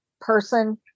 person